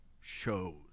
shows